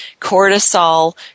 cortisol